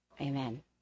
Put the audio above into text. Amen